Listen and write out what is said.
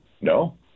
no